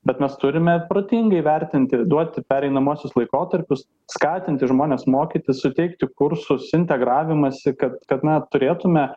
bet mes turime protingai vertinti duoti pereinamuosius laikotarpius skatinti žmones mokytis suteikti kursus integravimąsi kad kad na turėtume